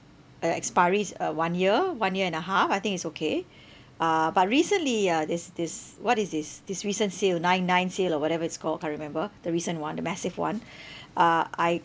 uh expiry is uh one year one year and a half I think it's okay uh but recently ah this this what is this this recent sale nine nine sale or whatever it's called can't remember the recent [one] the massive [one] uh I